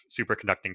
superconducting